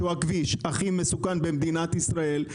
שהוא הכביש הכי מסוכן במדינת ישראל,